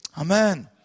Amen